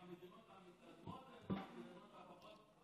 עם המדינות המתקדמות או המדינות הפחות-מתקדמות?